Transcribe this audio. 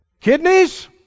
Kidneys